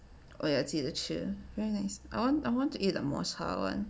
oh ya 记得吃 very nice I want I want to eat the 抹茶 [one]